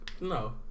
No